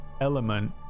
element